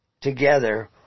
together